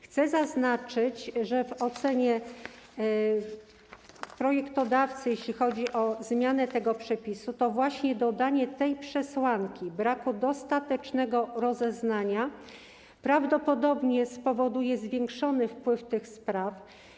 Chcę zaznaczyć, że w ocenie projektodawcy, jeśli chodzi o zmianę tego przepisu, to właśnie dodanie przesłanki braku dostatecznego rozeznania prawdopodobnie spowoduje zwiększony wpływ tych spraw.